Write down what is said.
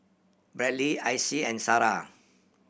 Bradly Icy and Sarrah